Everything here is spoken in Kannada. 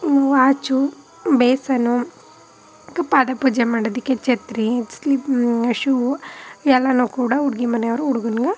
ವಾಚು ಬೇಸನು ಕ್ ಪಾದಪೂಜೆ ಮಾಡೋದಕ್ಕೆ ಚತ್ರಿ ಸ್ಲಿ ಶೂ ಎಲ್ಲವೂ ಕೂಡ ಹುಡ್ಗಿ ಮನೆಯವರು ಹುಡ್ಗನ್ಗೆ